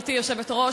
גברתי היושבת-ראש,